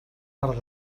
part